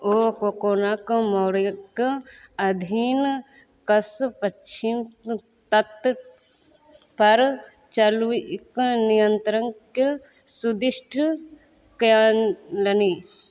ओ कोकोणक मौर्यक अधीन कस पच्छिम तट पर चालुक्य नियंत्रणक सुदिष्ट कयलनि